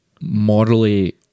Morally